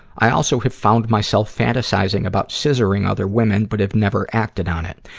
i also have found myself fantasizing about scissoring other women, but have never acted on it.